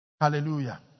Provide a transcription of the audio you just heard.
Hallelujah